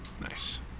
Nice